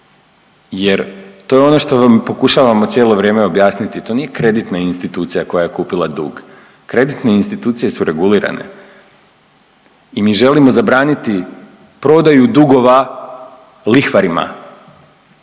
jer to je ono što vam pokušavamo cijelo vrijeme objasniti. To nije kreditna institucija koja je kupila dug, kreditne institucije su regulirane. I mi želimo zabraniti prodaju dugova lihvarima